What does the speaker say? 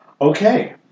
Okay